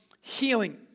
healing